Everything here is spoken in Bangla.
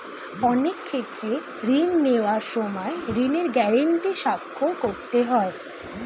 অনেক ক্ষেত্রে ঋণ নেওয়ার সময় ঋণের গ্যারান্টি স্বাক্ষর করতে হয়